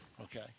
Okay